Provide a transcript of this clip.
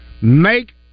Make